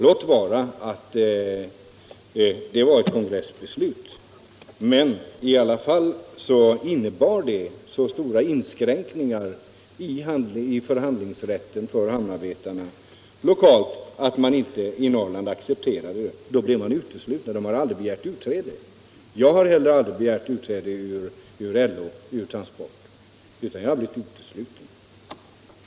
Låt vara att det var ett kongressbeslut, men det innebar i alla fall så stora inskränkningar i förhandlingsrätten för hamnarbetarna lokalt att man inte kunde acceptera det i Norrland. Därför blev de uteslutna. De har alltså inte själva begärt utträde.